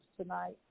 tonight